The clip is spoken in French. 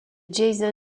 jason